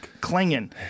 clinging